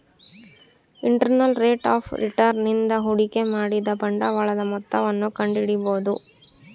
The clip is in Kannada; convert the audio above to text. ಇಂಟರ್ನಲ್ ರೇಟ್ ಆಫ್ ರಿಟರ್ನ್ ನಿಂದ ಹೂಡಿಕೆ ಮಾಡಿದ ಬಂಡವಾಳದ ಮೊತ್ತವನ್ನು ಕಂಡಿಡಿಬೊದು